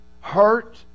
hurt